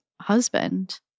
husband